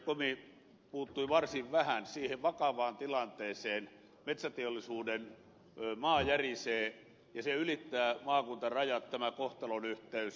komi puuttui varsin vähän siihen vakavaan tilanteeseen että metsäteollisuuden maa järisee ja se ylittää maakuntarajat tämä kohtalonyhteys